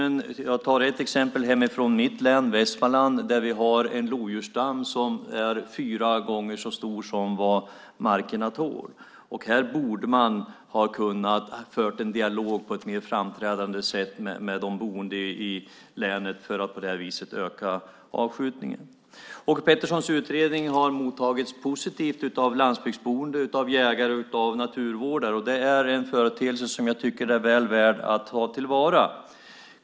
Jag kan ta ett exempel från mitt hemlän, Västmanland, där vi har en lodjursstam som är fyra gånger större än vad markerna tål. Här borde man ha kunnat föra en dialog på ett mer framträdande sätt med de boende i länet om att öka avskjutningen. Åke Petterssons utredning har mottagits positivt av landsbygdsboende, av jägare och av naturvårdare. Det är en företeelse som jag tycker är väl värd att ta till vara.